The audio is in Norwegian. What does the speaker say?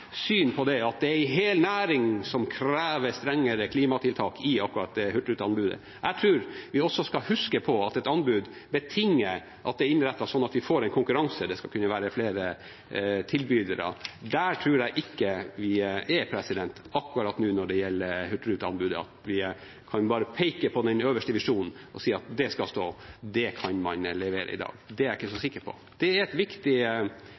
at det er en hel næring som krever strengere klimatiltak i akkurat det hurtigrute-anbudet. Jeg tror vi også skal huske på at et anbud betinger at det er innrettet slik at vi får en konkurranse, det skal kunne være flere tilbydere. Der tror jeg ikke vi er akkurat nå når det gjelder Hurtigrute-anbudet, at vi bare kan peke på den øverste visjonen og si at det skal stå, det kan man levere i dag. Det er jeg ikke så sikker på. Det er en viktig